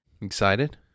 excited